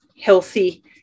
healthy